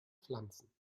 pflanzen